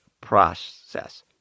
process